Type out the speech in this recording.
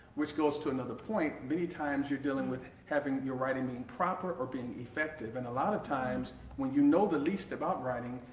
which goes to another point many times you're dealing with having your writing be and proper or being effective. and a lot of times, when you know the least about writing,